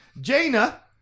Jaina